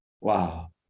Wow